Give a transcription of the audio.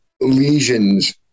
lesions